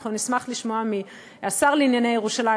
ואנחנו נשמח לשמוע מהשר לירושלים,